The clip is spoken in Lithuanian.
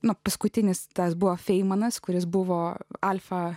nuo paskutinis tas buvo feinmanas kuris buvo alfą